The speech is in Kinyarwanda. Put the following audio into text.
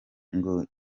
ngo